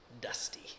dusty